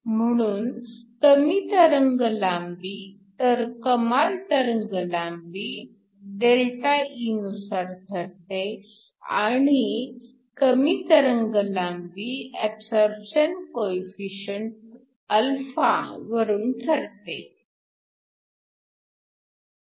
म्हणून कमी तरंगलांबी तर कमाल तरंगलांबी ΔE नुसार ठरते आणि कमी तरंगलांबी ऍबसॉरपशन कोएफिशिअंट α वरून ठरते